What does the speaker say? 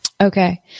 Okay